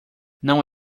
não